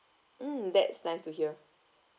mm that's nice to hear